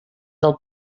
del